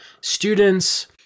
students